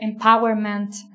empowerment